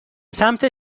سمت